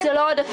זה לא עודפים,